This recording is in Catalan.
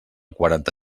quaranta